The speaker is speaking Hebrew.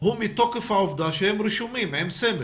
הוא מתוקף העובדה שהם רשומים עם סמל,